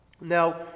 Now